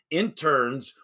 interns